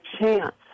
chance